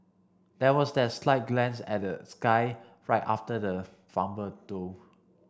there was that slight glance and the sky right after the fumble though